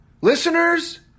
Listeners